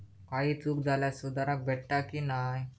काही चूक झाल्यास सुधारक भेटता की नाय?